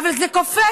אבל זה קופץ,